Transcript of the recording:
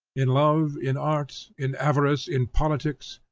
in love, in art, in avarice, in politics,